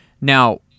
Now